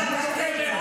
אולי יש איזו מטופלת,